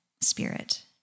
Spirit